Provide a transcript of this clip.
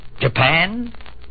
Japan